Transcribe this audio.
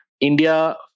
India